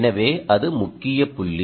எனவே அது முக்கிய புள்ளி